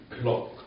clock